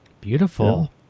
beautiful